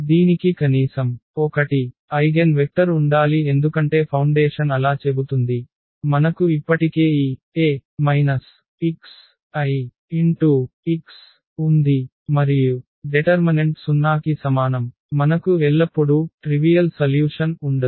దీనికి కనీసం 1 ఐగెన్వెక్టర్ ఉండాలి ఎందుకంటే ఫౌండేషన్ అలా చెబుతుంది మనకు ఇప్పటికే ఈ A xIx ఉంది మరియు డెటర్మనెంట్ 0 కి సమానం మనకు ఎల్లప్పుడూ అల్పమైన పరిష్కారం ఉండదు